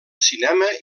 cinema